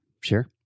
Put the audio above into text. Sure